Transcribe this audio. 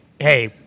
hey